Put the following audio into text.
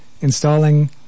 installing